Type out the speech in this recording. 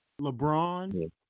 lebron